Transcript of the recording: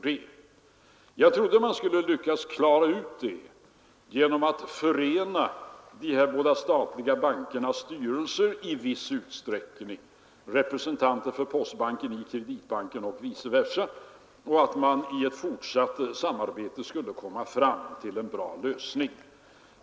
Jag trodde man skulle lyckas klara ut det genom att förena de båda statliga bankernas styrelser i viss utsträckning — representanter för postbanken i Kreditbanken och vice versa — och att man i ett fortsatt samarbete skulle komma fram till en bra lösning.